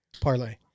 parlay